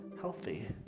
healthy